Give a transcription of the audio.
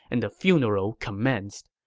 and the funeral commenced.